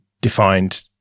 defined